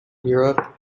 europe